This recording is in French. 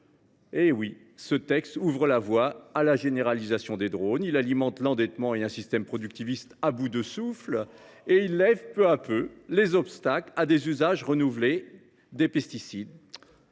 Ah ! Ce texte ouvre la voie à la généralisation de l’usage des drones, il alimente l’endettement et un système productiviste à bout de souffle… Oh là là !… et il lève peu à peu les obstacles à des usages renouvelés des pesticides,